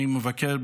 אני מבקר,